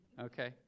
okay